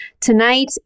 tonight